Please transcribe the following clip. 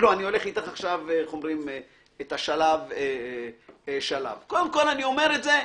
בשלב הזה,